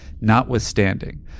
notwithstanding